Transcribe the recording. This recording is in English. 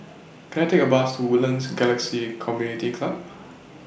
Can I Take A Bus to Woodlands Galaxy Community Club